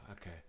okay